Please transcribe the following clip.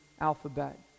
alphabet